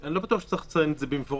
אני לא בטוח שצריך לציין את זה במפורש.